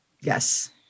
Yes